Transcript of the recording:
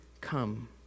come